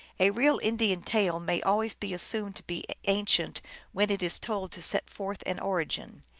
a real indian tale may always be assumed to be ancient when it is told to set forth an origin.